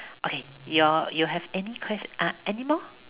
okay your you have any quest~ err anymore